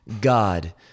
God